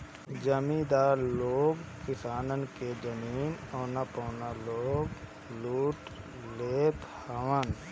जमीदार लोग किसानन के जमीन औना पौना पअ लूट लेत हवन